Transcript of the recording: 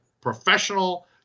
professional